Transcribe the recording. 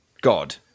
god